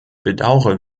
bedauere